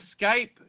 Skype